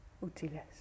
útiles